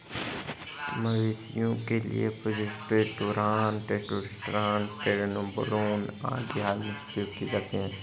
मवेशियों के लिए प्रोजेस्टेरोन, टेस्टोस्टेरोन, ट्रेनबोलोन आदि हार्मोन उपयोग किया जाता है